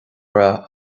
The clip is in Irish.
rath